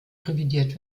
revidiert